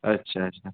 अच्छा अच्छा